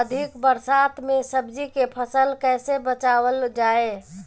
अधिक बरसात में सब्जी के फसल कैसे बचावल जाय?